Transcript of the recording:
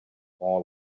all